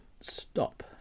stop